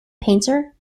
painter